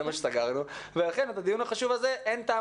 זה מה שסגרנו ולכן את הדיון החשוב הזה אין טעם